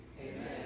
Amen